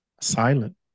silent